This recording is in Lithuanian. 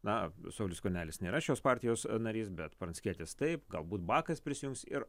na saulius skvernelis nėra šios partijos narys bet pranckietis taip galbūt bakas prisijungs ir